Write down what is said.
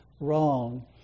wrong